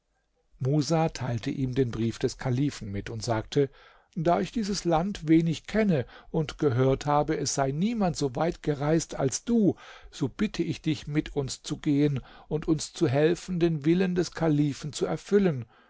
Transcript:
musa teilte ihm den brief des kalifen mit und sagte da ich dieses land wenig kenne und gehört habe es sei niemand so weit gereist als du so bitte ich dich mit uns zu gehen und uns zu helfen den willen des kalifen zu erfüllen